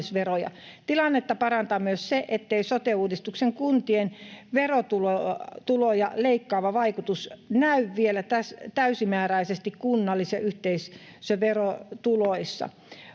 Tilannetta parantaa myös se, ettei sote-uudistuksen kuntien verotuloja leikkaava vaikutus näy vielä täysimääräisesti kunnallis- ja yhteisöverotuloissa.